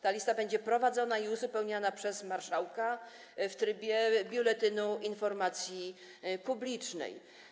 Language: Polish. Ta lista będzie prowadzona i uzupełniana przez marszałka w Biuletynie Informacji Publicznej.